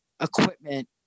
equipment